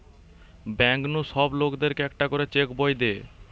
bank নু সব লোকদের কে একটা করে চেক বই দে